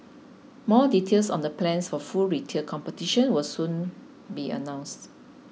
more details on the plans for full retail competition will soon be announced